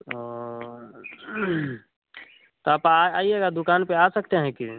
ओह तो आप आइएगा दुकान पर आ सकते हैं कि